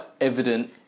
evident